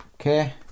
Okay